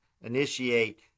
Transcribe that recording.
initiate